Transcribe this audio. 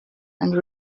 and